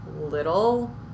little